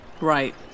Right